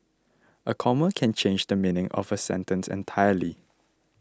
a comma can change the meaning of a sentence entirely